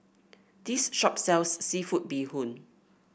this shop sells seafood Bee Hoon